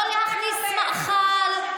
לא להכניס מאכל,